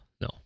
no